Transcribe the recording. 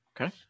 Okay